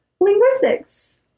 Linguistics